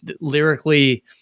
lyrically